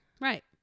right